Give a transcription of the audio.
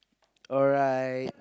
alright